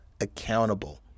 accountable